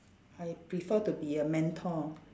I prefer to be a mentor